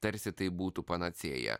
tarsi tai būtų panacėja